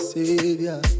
Savior